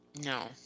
No